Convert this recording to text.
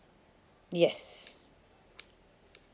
yes